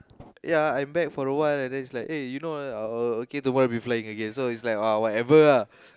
ya I'm back for a while and then it's like ah you know oh okay tomorrow will be flying again so it's like whatever ah